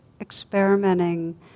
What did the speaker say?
experimenting